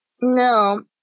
no